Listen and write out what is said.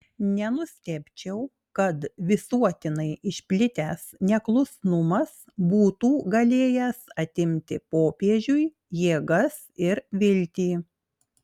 nenustebčiau kad visuotinai išplitęs neklusnumas būtų galėjęs atimti popiežiui jėgas ir viltį